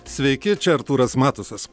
sveiki čia artūras matusas